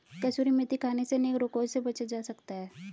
कसूरी मेथी खाने से अनेक रोगों से बचा जा सकता है